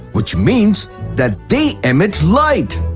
which means that they emit light!